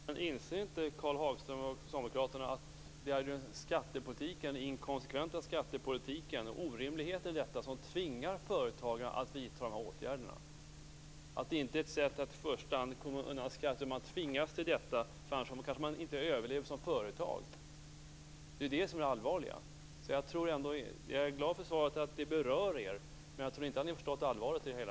Herr talman! Inser inte Karl Hagström och socialdemokraterna att det är den inkonsekventa skattepolitiken och orimligheten i den som tvingar företagarna att vidta de här åtgärderna? Det är inte i första hand ett sätt att komma undan skatterna, utan man tvingas till detta eftersom man annars kanske inte överlever som företag. Det är det som är det allvarliga. Jag är glad för svaret att det berör er, men jag tror inte att ni har förstått allvaret i det hela.